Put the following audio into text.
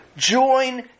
Join